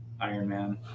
Ironman